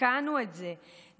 תיקנו את זה,